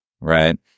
right